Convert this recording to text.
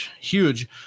Huge